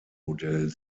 modell